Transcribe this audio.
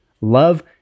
Love